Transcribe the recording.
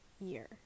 year